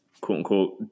quote-unquote